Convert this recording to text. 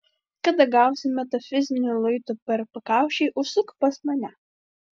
kada gausi metafiziniu luitu per pakaušį užsuk pas mane